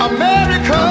America